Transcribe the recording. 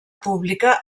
pública